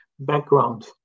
background